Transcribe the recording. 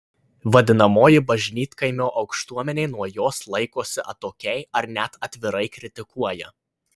vadinamoji bažnytkaimio aukštuomenė nuo jos laikosi atokiai ar net atvirai kritikuoja